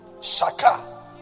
shaka